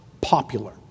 popular